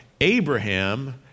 Abraham